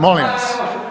Molim vas!